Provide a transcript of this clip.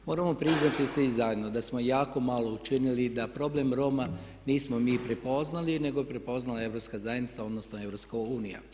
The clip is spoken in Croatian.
Moramo priznati svi zajedno da smo jako malo učinili i da problem Roma nismo mi prepoznali, nego je prepoznala Europska zajednica, odnosno EU.